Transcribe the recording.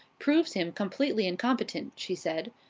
proves him completely incompetent, she said.